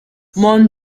mon